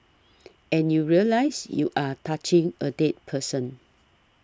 and you realise you are touching a dead person